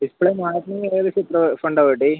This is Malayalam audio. ഡിസ്പ്ലേ മാറ്റണമെങ്കിൽ ഏകദേശം ഇത്ര ഫണ്ടാവുമോ